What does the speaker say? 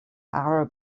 arab